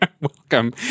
Welcome